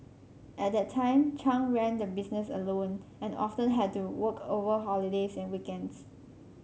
at that time Chung ran the business alone and often had to work over holidays and weekends